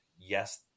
Yes